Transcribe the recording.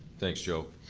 thanks joe.